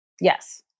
Yes